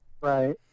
Right